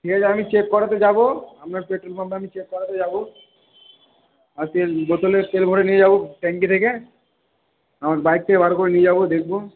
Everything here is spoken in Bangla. ঠিক আছে আমি চেক করাতে যাব আপনার পেট্রোল পাম্পে আমি চেক করাতে যাব আর তেল বোতলে তেল ভরে নিয়ে যাব ট্যাঙ্কি থেকে আমার বাইক থেকে বার করে নিয়ে যাব দেখব